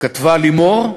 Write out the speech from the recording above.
כתבה לימור,